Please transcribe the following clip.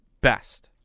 best